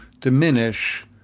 diminish